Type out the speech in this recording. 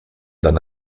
done